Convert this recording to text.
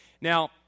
Now